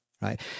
right